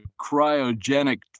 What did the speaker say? cryogenic